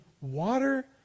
water